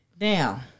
Now